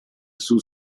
sul